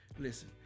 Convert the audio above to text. Listen